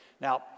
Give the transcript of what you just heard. Now